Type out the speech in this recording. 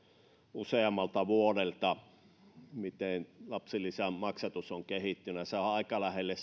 useammalta vuodelta miten lapsilisän maksatus on kehittynyt ja tämä keskustan mallihan olisi aika lähelle